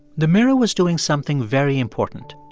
the mirror was doing something very important.